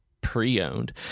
pre-owned